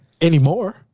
anymore